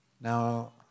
Now